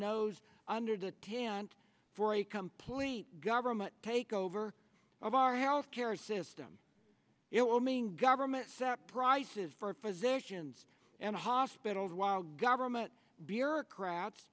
nose under the tent for a complete government takeover of our health care system it will mean government set prices for physicians and hospitals while government bureaucrats